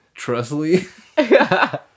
Trustly